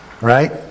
Right